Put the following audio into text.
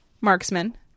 marksman